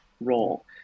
role